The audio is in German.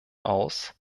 aus